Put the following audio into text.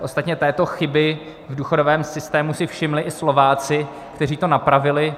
Ostatně této chyby v důchodovém systému si všimli i Slováci, kteří to napravili.